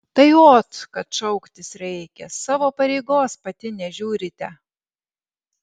tai ot kad šauktis reikia savo pareigos pati nežiūrite